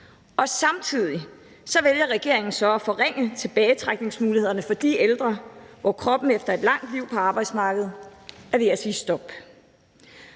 Samtidig vælger regeringen så at forringe tilbagetrækningsmulighederne for de ældre, hvor kroppen efter lang tid på arbejdsmarkedet er ved at sige stop.